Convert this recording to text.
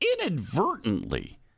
inadvertently